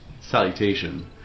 salutation